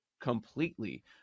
completely